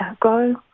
go